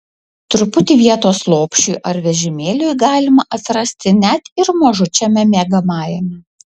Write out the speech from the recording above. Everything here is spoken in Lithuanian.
truputį vietos lopšiui ar vežimėliui galima atrasti net ir mažučiame miegamajame